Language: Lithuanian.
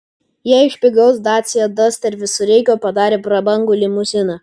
jie iš pigaus dacia duster visureigio padarė prabangų limuziną